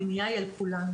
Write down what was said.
המניעה היא על כולם.